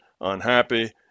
unhappy